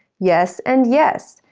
yes, and yes.